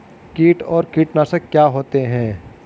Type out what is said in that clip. कीट और कीटनाशक क्या होते हैं?